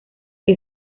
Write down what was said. que